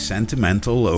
Sentimental